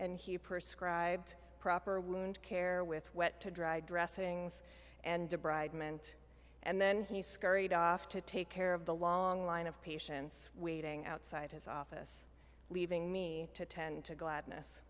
and he purse cried proper wound care with wet to dry dressings and to bribe meant and then he scurried off to take care of the long line of patients waiting outside his office leaving me to tend to glad